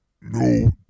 No